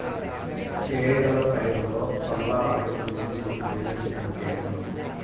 చేగల పైరులో పల్లాపై తెగులు దేనికి సంకేతం?